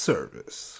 Service